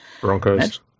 Broncos